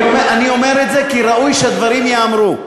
אני אומר את זה כי ראוי שהדברים ייאמרו.